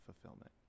fulfillment